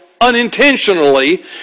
unintentionally